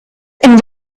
and